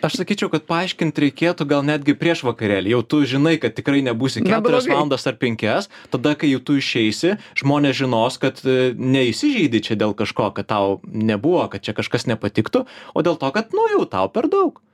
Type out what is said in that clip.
aš sakyčiau kad paaiškint reikėtų gal netgi prieš vakarėlį tu žinai kad tikrai nebūsi keturias valandas ar penkias tada kai jau tu išeisi žmonės žinos kad neįsižeidei čia dėl kažko kad tau nebuvo kad čia kažkas nepatiktų o dėl to kad nu jau tau per daug